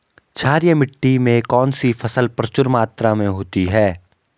क्षारीय मिट्टी में कौन सी फसल प्रचुर मात्रा में होती है?